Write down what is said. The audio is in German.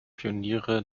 pioniere